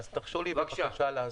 אז תרשו לי בבקשה להסביר.